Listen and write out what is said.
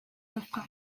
dauzka